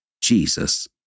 Jesus